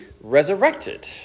resurrected